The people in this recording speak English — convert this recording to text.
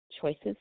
choices